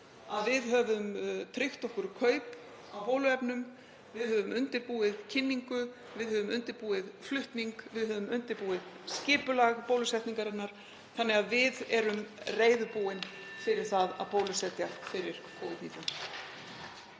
að við höfum tryggt okkur kaup á bóluefnum, við höfum undirbúið kynningu, við höfum undirbúið flutning, við höfum undirbúið skipulag bólusetningarinnar, þannig að við erum reiðubúin fyrir það að bólusetja fyrir Covid-19.